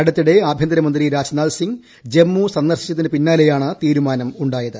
അടുത്തിടെ ആഭ്യന്തരമന്ത്രി രാജ്നാഥ് സിംഗ് ജമ്മു സന്ദർശിച്ചതിനു പിന്നാലെയാണ് തീരുമാനമുണ്ടായത്